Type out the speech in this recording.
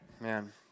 Man